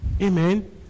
Amen